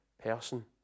person